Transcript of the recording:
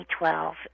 2012